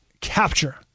capture